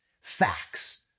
facts